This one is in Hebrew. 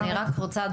אני רק רוצה,